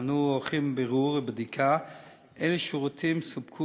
ואנו עורכים בירור ובדיקה אילו שירותים סופקו